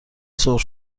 سرخ